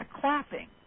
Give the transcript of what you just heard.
clapping